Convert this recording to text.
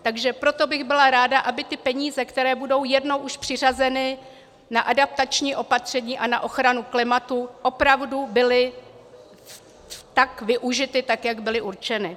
Takže proto bych byla ráda, aby ty peníze, které budou jednou už přiřazeny na adaptační opatření a na ochranu klimatu, opravdu byly využity tak, jak byly určeny.